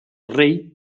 rey